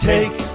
Take